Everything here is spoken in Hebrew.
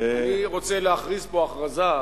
אני רוצה להכריז פה הכרזה,